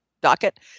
docket